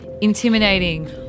intimidating